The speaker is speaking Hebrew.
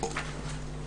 הישיבה ננעלה בשעה 11:00.